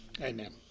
Amen